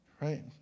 right